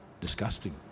disgusting